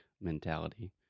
mentality